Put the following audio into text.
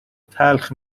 تلخ